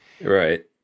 Right